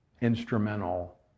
instrumental